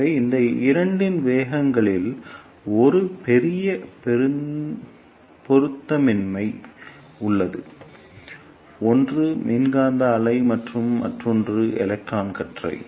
எனவே இந்த இரண்டின் வேகங்களில் ஒரு பெரிய பொருத்தமின்மை உள்ளது ஒன்று மின்காந்த அலை மற்றும் மற்றொன்று எலக்ட்ரான் கற்றை